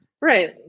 Right